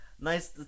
nice